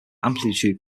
amplitude